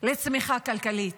לצמיחה כלכלית,